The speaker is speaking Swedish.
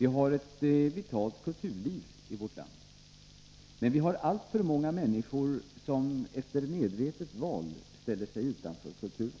Vi har ett Om kulturpolitiken vitalt kulturliv i vårt land. Men vi har alltför många människor som efter — ;jekonomiska åtmedvetet val ställer sig utanför kulturen.